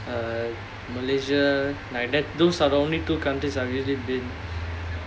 uh malaysia like that those are the only two countries I've really been